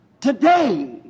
today